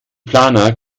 planer